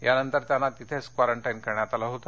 यानंतर त्याना तिथेच क्वारंटाइन करण्यात आले होते